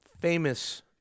famous